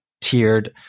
tiered